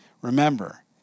remember